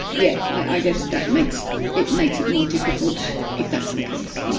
yeah i guess that makes it makes it more difficult if that's the case.